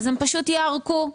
הם פשוט יערקו.